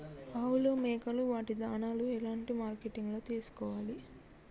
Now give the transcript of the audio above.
ఆవులు మేకలు వాటి దాణాలు ఎలాంటి మార్కెటింగ్ లో తీసుకోవాలి?